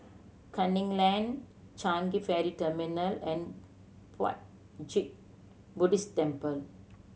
Canning Lane Changi Ferry Terminal and Puat Jit Buddhist Temple